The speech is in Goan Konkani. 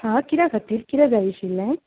हां कित्याक खातीर कितें जाय आशिल्लें